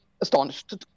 astonished